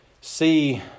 see